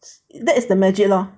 that is the magic lor